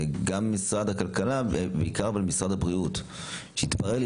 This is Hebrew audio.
גם משרד הכלכלה אבל בעיקר במשרד הבריאות כשהתברר לי